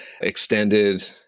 extended